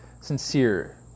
sincere